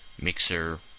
Mixer